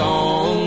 on